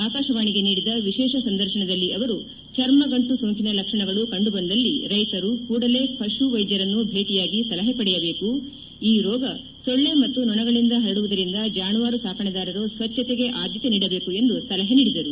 ಆಕಾಶವಾಣಿಗೆ ನೀಡಿದ ವಿಶೇಷ ಸಂದರ್ಶನದಲ್ಲಿ ಅವರು ಚರ್ಮಗಂಟು ಸೋಂಕಿನ ಲಕ್ಷಣಗಳು ಕಂಡು ಬಂದಲ್ಲಿ ರೈತರು ಕೂಡಲೇ ಪಶು ವೈದ್ಯರನ್ನು ಭೇಟಿಯಾಗಿ ಸಲಹೆ ಪಡೆಯಬೇಕು ಈ ರೋಗ ಸೊಳ್ಳೆ ಮತ್ತು ನೊಣಗಳಿಂದ ಹರಡುವುದರಿಂದ ಜಾನುವಾರು ಸಾಕಷೆದಾರರು ಸ್ವಚ್ಛತೆಗೆ ಆದ್ಯತೆ ನೀಡಬೇಕು ಎಂದು ಸಲಹೆ ನೀಡಿದರು